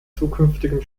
zukünftigen